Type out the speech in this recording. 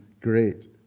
great